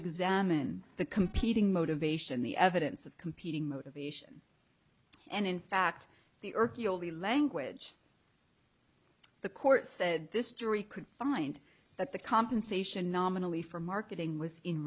examine the competing motivation the evidence of competing motivation and in fact the erkki all the language the court said this jury could find that the compensation nominally for marketing was in